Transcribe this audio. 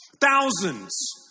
Thousands